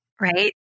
Right